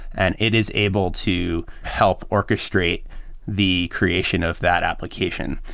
and it is able to help orchestrate the creation of that application.